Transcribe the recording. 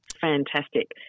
Fantastic